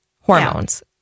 hormones